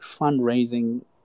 fundraising